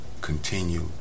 Continue